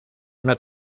una